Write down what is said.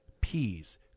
Peas